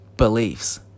beliefs